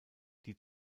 die